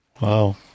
Wow